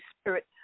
spirit